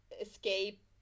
escape